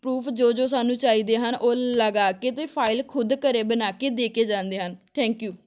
proof ਜੋ ਜੋ ਸਾਨੂੰ ਚਾਹੀਦੇ ਹਨ ਉਹ ਲਗਾ ਕੇ ਅਤੇ ਫਾਈਲ ਖੁਦ ਘਰ ਬਣਾ ਕੇ ਦੇ ਕੇ ਜਾਂਦੇ ਹਨ ਥੈਂਕ ਯੂ